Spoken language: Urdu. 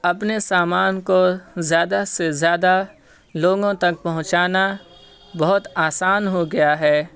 اپنے سامان کو زیادہ سے زیادہ لوگوں تک پہنچانا بہت آسان ہو گیا ہے